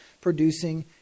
producing